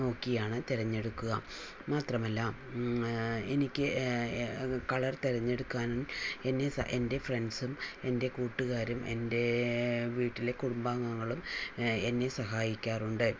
നോക്കിയാണ് തിരഞ്ഞെടുക്കുക മാത്രമല്ല എനിക്ക് കളർ തെരഞ്ഞെടുക്കാനും എന്നെ സഹ എൻറെ ഫ്രണ്ട്സും എൻറെ കൂട്ടുകാരും എൻറെ വീട്ടിലെ കുടുംബാംഗങ്ങളും എന്നെ സഹായിക്കാറുണ്ട്